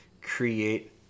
create